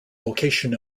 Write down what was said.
location